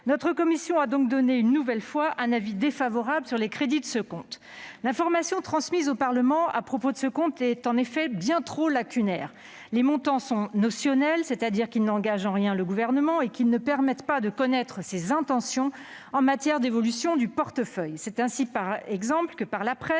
Notre commission a donc donné, une nouvelle fois, un avis défavorable sur les crédits de ce compte. L'information transmise au Parlement à propos de ce compte est bien trop lacunaire. Les montants sont « notionnels », c'est-à-dire qu'ils n'engagent en rien le Gouvernement et qu'ils ne permettent pas de connaître ses intentions en matière d'évolution du portefeuille. C'est ainsi par la presse,